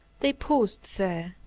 they paused there,